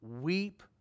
Weep